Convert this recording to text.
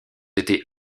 été